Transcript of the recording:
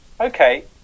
okay